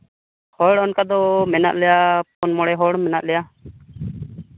ᱦᱚᱲ ᱚᱱᱠᱟ ᱫᱚ ᱢᱮᱱᱟᱜ ᱞᱮᱭᱟ ᱯᱩᱱ ᱢᱚᱬᱮ ᱦᱚᱲ ᱢᱮᱱᱟᱜ ᱞᱮᱭᱟ